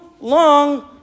long